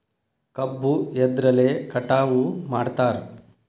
ಕಬ್ಬು ಎದ್ರಲೆ ಕಟಾವು ಮಾಡ್ತಾರ್?